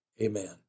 amen